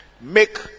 Make